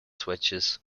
switches